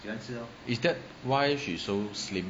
is that why she so slim